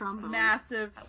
massive